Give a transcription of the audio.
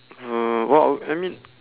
mm well I mean